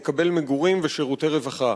לקבל מגורים ושירותי רווחה.